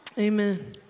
Amen